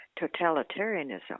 totalitarianism